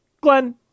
Glenn